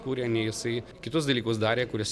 kūrė nei jisai kitus dalykus darė kuris